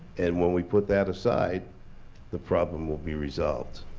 and when we put that aside the problem will be resolved.